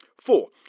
Four